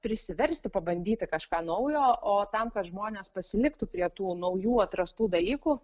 prisiversti pabandyti kažką naujo o tam kad žmonės pasiliktų prie tų naujų atrastų dalykų